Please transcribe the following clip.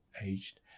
aged